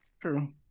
true